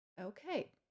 Okay